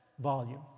volume